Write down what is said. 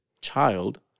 child